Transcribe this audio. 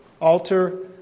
altar